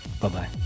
Bye-bye